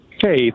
Hey